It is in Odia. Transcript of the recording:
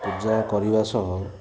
ପୂଜା କରିବା ସହ